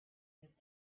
mid